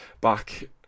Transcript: back